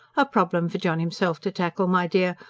a problem for john himself to tackle, my dear.